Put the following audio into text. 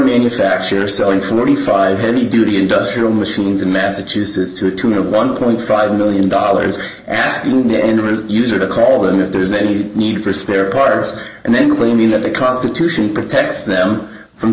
manufacturers selling forty five heavy duty industrial machines in massachusetts to the tune of one point five million dollars asking the end of the user to call them if there's any need for spare parts and then claiming that the constitution protects them from